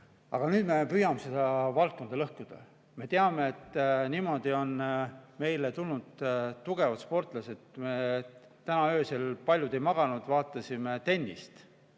Aga nüüd me püüame seda valdkonda lõhkuda. Me teame, et niimoodi on meile tulnud tugevad sportlased. Täna öösel paljud ei maganud, vaatasime tennist.